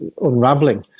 unraveling